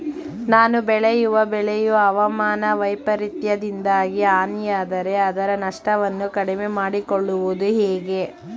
ನಾನು ಬೆಳೆಯುವ ಬೆಳೆಯು ಹವಾಮಾನ ವೈಫರಿತ್ಯದಿಂದಾಗಿ ಹಾನಿಯಾದರೆ ಅದರ ನಷ್ಟವನ್ನು ಕಡಿಮೆ ಮಾಡಿಕೊಳ್ಳುವುದು ಹೇಗೆ?